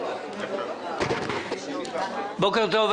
בוקר טוב,